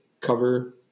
cover